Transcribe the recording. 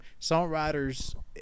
songwriters